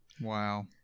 Wow